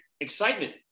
excitement